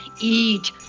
Eat